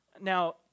Now